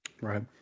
Right